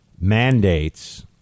mandates